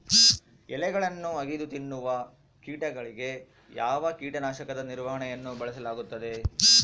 ಎಲೆಗಳನ್ನು ಅಗಿದು ತಿನ್ನುವ ಕೇಟಗಳಿಗೆ ಯಾವ ಕೇಟನಾಶಕದ ನಿರ್ವಹಣೆಯನ್ನು ಬಳಸಲಾಗುತ್ತದೆ?